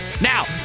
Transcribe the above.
Now